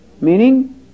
meaning